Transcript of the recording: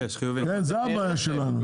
זו הבעיה שלנו,